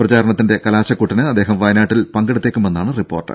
പ്രചാരണത്തിന്റെ കലാശക്കൊട്ടിന് അദ്ദേഹം വയനാട്ടിൽ പങ്കെടുത്തേക്കുമെന്നാണ് റിപ്പോർട്ട്